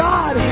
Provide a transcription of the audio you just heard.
God